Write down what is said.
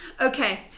Okay